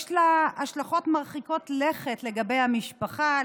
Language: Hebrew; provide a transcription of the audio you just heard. יש לו השלכות מרחיקות לכת לגבי המשפחה,